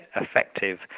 effective